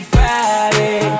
Friday